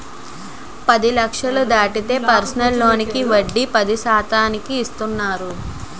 పది లక్షలు దాటితే పర్సనల్ లోనుకి వడ్డీ పది శాతానికి ఇస్తున్నారు